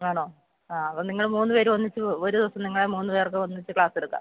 ആണോ ആ അപ്പം നിങ്ങൾ മൂന്ന് പേരു ഒന്നിച്ച് ഒരു ദിവസം നിങ്ങളെ മൂന്ന് പേർക്കും ഒന്നിച്ച് ക്ലാസ് എടുക്കാം